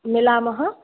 मिलामः